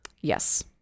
Yes